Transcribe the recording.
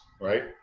right